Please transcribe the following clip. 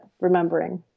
remembering